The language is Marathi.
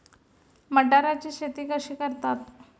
मटाराची शेती कशी करतात?